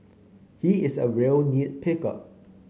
he is a real nit picker